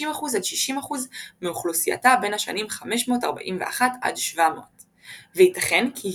50%–60% מאוכלוסייתה בין השנים 541–700. וייתכן כי היא